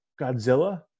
Godzilla